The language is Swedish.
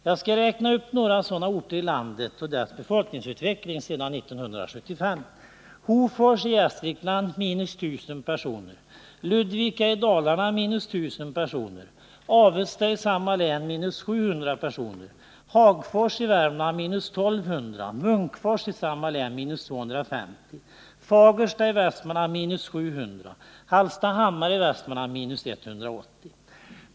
Jag skall nämna några sådana orter i landet och deras befolkningsutveckling sedan 1975: Hofors i Gästrikland — minus 1000 personer, Ludvika i Dalarna — minus 1 000 personer, Avesta i samma län — minus 700 personer, Hagfors i Värmland — minus 1 200 personer, Munkfors i samma län — minus 250 personer, Fagersta i Västmanland — minus 700 personer och Hallstahammar i samma län — minus 180 personer.